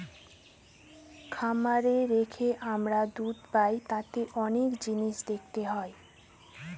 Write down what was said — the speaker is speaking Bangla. খামারে রেখে আমরা দুধ পাই তাতে অনেক জিনিস দেখতে হয়